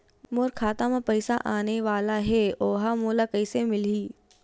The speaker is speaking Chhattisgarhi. मोर खाता म पईसा आने वाला हे ओहा मोला कइसे मिलही?